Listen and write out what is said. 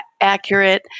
accurate